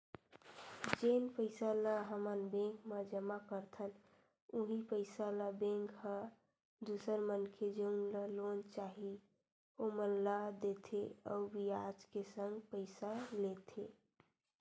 जेन पइसा ल हमन बेंक म जमा करथन उहीं पइसा ल बेंक ह दूसर मनखे जउन ल लोन चाही ओमन ला देथे अउ बियाज के संग पइसा लेथे